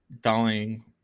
dying